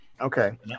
Okay